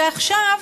ועכשיו,